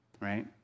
right